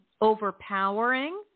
overpowering